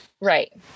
Right